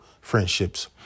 friendships